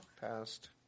passed